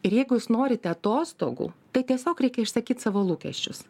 ir jeigu jūs norite atostogų tai tiesiog reikia išsakyt savo lūkesčius